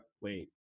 Wait